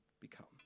become